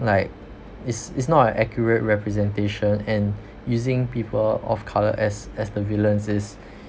like is is not an accurate representation and using people of colour as as the villains is